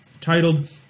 titled